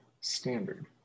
Standard